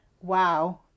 Wow